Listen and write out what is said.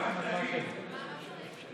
אנחנו רוצים הצבעה שמית.